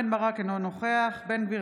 אינו נוכח זאב בנימין בגין,